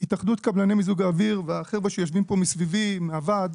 התאחדות קבלני מיזוג האוויר והחבר'ה שיושבים פה מסביבי מהוועד,